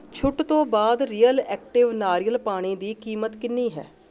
ਛੁੱਟ ਤੋਂ ਬਾਅਦ ਰੀਅਲ ਐਕਟਿਵ ਨਾਰੀਅਲ ਪਾਣੀ ਦੀ ਕੀਮਤ ਕਿੰਨੀ ਹੈ